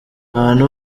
abantu